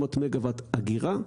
של 800 מגה-וואט אגירה,